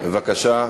בבקשה,